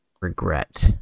regret